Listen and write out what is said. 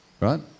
Right